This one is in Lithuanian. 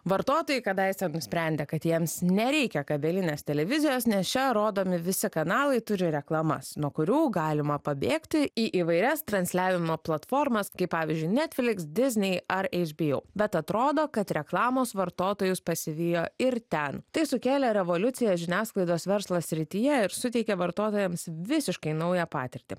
vartotojai kadaise nusprendė kad jiems nereikia kabelinės televizijos nes čia rodomi visi kanalai turi reklamas nuo kurių galima pabėgti į įvairias transliavimo platformas kaip pavyzdžiui netflix disney ar hbo bet atrodo kad reklamos vartotojus pasivijo ir ten tai sukėlė revoliuciją žiniasklaidos verslo srityje ir suteikė vartotojams visiškai naują patirtį